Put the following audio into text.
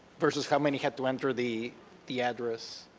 versus how many had to enter the the address.